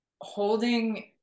holding